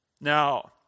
Now